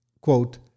quote